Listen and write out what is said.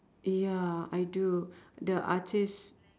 ya I do the artist